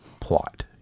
plot